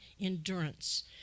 endurance